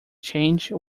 change